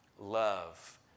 love